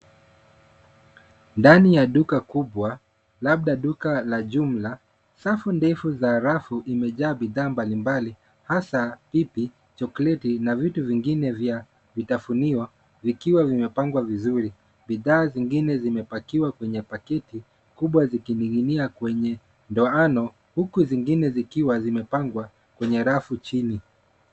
Ndani ya duka kubwa, labda duka la jumla. Safu ndefu za rafu imejaa bidhaa mbalimbali hasa ipi chokoleti na vitu vingine vya vitafunio vikiwa vimepangwa vizuri. Bidhaa zingine zimepakiwa kwenye paketi kubwa ziking'ing'nia kwenye ndoano huku zingine zikiwa zimepangwa kwenye rafu chini.